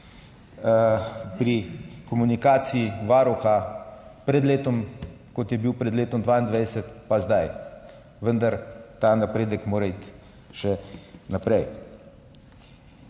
pri komunikaciji Varuha, kot je bila pred letom 2022 pa zdaj, vendar ta napredek mora iti še naprej.